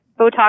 Botox